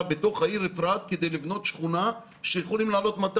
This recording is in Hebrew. בתוך העיר אפרת כדי לבנות שכונה שיכולים לעלות 200